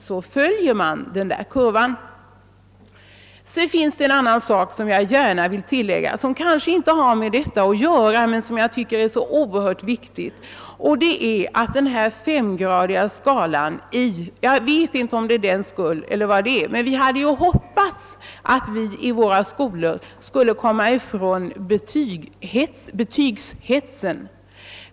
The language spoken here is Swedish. Jag vill något beröra en annan sak, som kanske inte direkt har med detta ärende att göra men som jag tycker är oerhört viktig. Vi hade hoppats att den relativa betygsättningen skulle medföra att betygshetsen försvann.